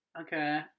Okay